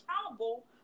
accountable